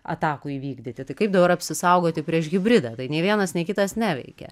atakų įvykdyti tai kaip dabar apsisaugoti prieš hibridą tai nei vienas nei kitas neveikia